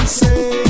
say